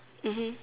mmhmm